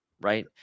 right